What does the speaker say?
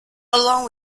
along